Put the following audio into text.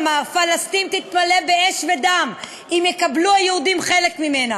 אמר: פלסטין תתמלא באש ודם אם יקבלו היהודים חלק ממנה.